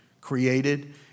created